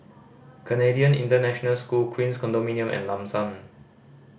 Canadian International School Queens Condominium and Lam San